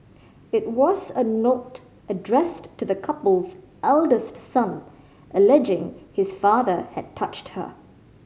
it was a note addressed to the couple's eldest son alleging his father had touched her